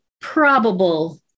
probable